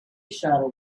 shadow